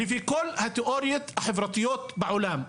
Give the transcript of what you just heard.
לפי כל התיאוריות החברתיות בעולם,